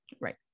Right